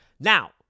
Now